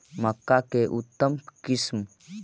मक्का के उतम किस्म?